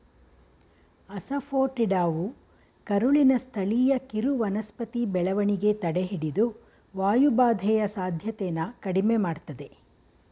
ಅಸಾಫೋಟಿಡಾವು ಕರುಳಿನ ಸ್ಥಳೀಯ ಕಿರುವನಸ್ಪತಿ ಬೆಳವಣಿಗೆ ತಡೆಹಿಡಿದು ವಾಯುಬಾಧೆಯ ಸಾಧ್ಯತೆನ ಕಡಿಮೆ ಮಾಡ್ತದೆ